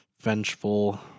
vengeful